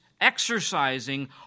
exercising